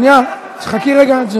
שנייה, חכי רגע.